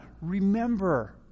remember